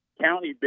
county